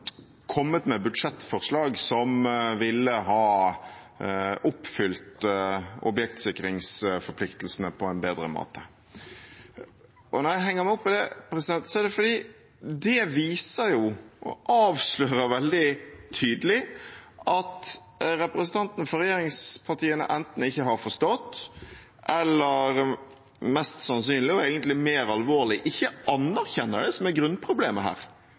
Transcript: kommet med budsjettforslag som ville ha oppfylt objektsikringsforpliktelsene på en bedre måte. Når jeg henger meg opp i det, er det fordi det avslører veldig tydelig at representantene for regjeringspartiene enten ikke har forstått, eller – mest sannsynlig og egentlig mer alvorlig – ikke anerkjenner det som er grunnproblemet her.